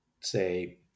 say